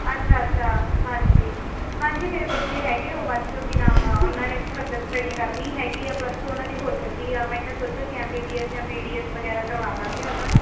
ਅੱਛਾ ਅੱਛਾ ਹਾਂਜੀ ਹਾਂਜੀ ਮੇਰੇ ਬੱਚੇ ਹੈਗੇ ਉਹ ਬੱਚੋਂ ਕੀ ਨਾਮ ਆ ਉਹਨਾਂ ਨੇ ਫਰਦਰ ਸਟਡੀ ਕਰਨੀ ਹੈਗੀ ਆ ਪਲਸ ਟੂ ਉਹਨਾਂ ਦੀ ਹੋ ਚੱਲੀ ਆ ਮੈਂ ਕਿਹਾ ਸੋਚਿਆ ਕਿ ਐਮ ਬੀ ਬੀ ਐਸ ਜਾਂ ਬੀ ਡੀ ਐਸ ਵਗੈਰਾ ਕਰਵਾ ਦੇਵਾਂਗੇ ਉਹਨਾਂ ਨੂੰ